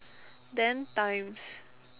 then times